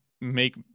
make